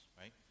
right